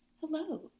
Hello